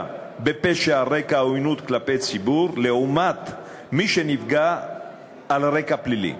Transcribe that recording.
בפשע על רקע עוינות כלפי ציבור לעומת מי שנפגע על רקע פלילי,